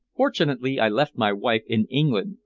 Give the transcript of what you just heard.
fortunately, i left my wife in england,